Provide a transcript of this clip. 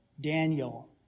Daniel